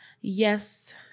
Yes